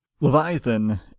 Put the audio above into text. Leviathan